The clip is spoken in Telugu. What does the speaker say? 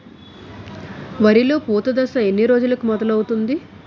వరిలో పూత దశ ఎన్ని రోజులకు మొదలవుతుంది?